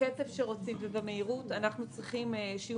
בקצב שרוצים ובמהירות אנחנו צריכים שיהיו